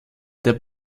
der